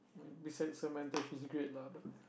I mean besides Samantha she's great lah but